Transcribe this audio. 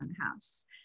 house